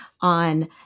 on